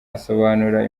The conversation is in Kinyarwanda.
asobanura